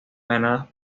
ganadas